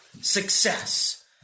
success